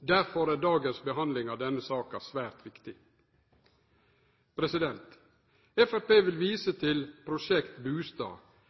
Derfor er dagens behandling av denne saka svært viktig. Framstegspartiet vil